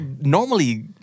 Normally